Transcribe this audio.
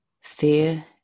Fear